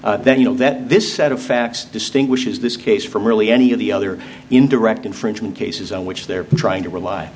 then you know that this set of facts distinguishes this case from really any of the other indirect infringement cases on which they're trying to rely